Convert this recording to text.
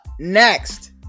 Next